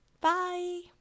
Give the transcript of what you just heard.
bye